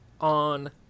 on